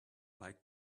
like